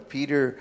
Peter